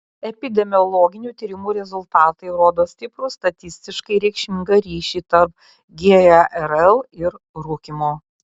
epidemiologinių tyrimų rezultatai rodo stiprų statistiškai reikšmingą ryšį tarp gerl ir rūkymo